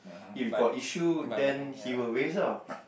if you got issue then he will raise ah